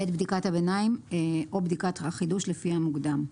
בעת בדיקת הביניים או בדיקת החידוש, לפי המוקדם.